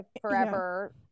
forever